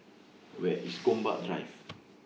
Where IS Gombak Drive